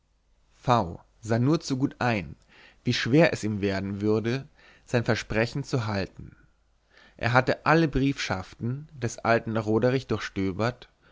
sah nur zu gut ein wie schwer es ihm werden würde sein versprechen zu halten er hatte alle briefschaften des alten roderich durchstöbert